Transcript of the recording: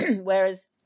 whereas